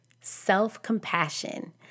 self-compassion